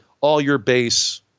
all-your-base